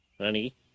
Honey